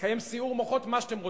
לקיים סיעור מוחות, מה שאתם רוצים.